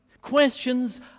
Questions